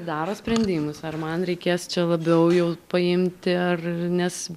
daro sprendimus ar man reikės čia labiau jau paimti ar nes